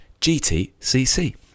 GTCC